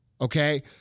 Okay